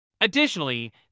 Additionally